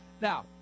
Now